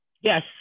yes